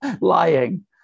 lying